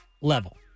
level